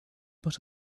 but